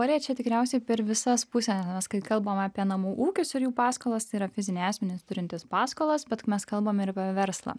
norėčiau tikriausiai per visą puses kai kalbam apie namų ūkius ir jų paskolas yra fiziniai asmenys turintys paskolas bet mes kalbam ir apie verslą